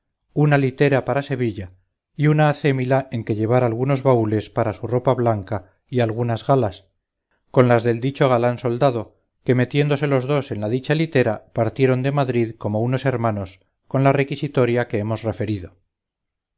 una litera para sevilla y una acémila en que llevar algunos baúles para su ropa blanca y algunas galas con las del dicho galán soldado que metiéndose los dos en la dicha litera partieron de madrid como unos hermanos con la requisitoria que hemos referido